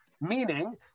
Meaning